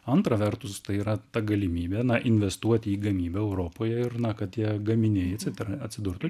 antra vertus tai yra ta galimybė na investuoti į gamybą europoje ir na kad tie gaminiai atsit atsidurtų